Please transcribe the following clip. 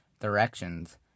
directions